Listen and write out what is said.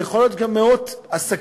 ויכול להיות גם מאות עסקים,